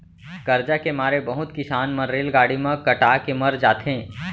करजा के मारे बहुत किसान मन रेलगाड़ी म कटा के मर जाथें